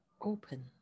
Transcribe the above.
open